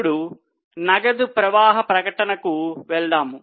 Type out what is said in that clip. ఇప్పుడు నగదు ప్రవాహ ప్రకటనకు వెళ్దాం